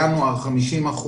ינואר 50%,